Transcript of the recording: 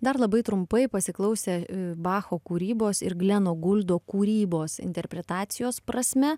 dar labai trumpai pasiklausę bacho kūrybos ir gleno guldo kūrybos interpretacijos prasme